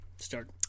Start